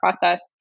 process